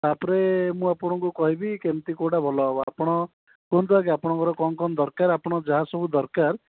ତା'ପରେ ମୁଁ ଆପଣଙ୍କୁ କହିବି କେମିତି କେଉଁଟା ଭଲ ହେବ ଆପଣ କୁହନ୍ତୁ ଆଗେ ଆପଣଙ୍କର କ'ଣ କ'ଣ ଦରକାର ଆପଣ ଯାହା ସବୁ ଦରକାର